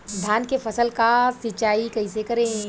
धान के फसल का सिंचाई कैसे करे?